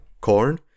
corn